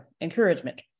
encouragement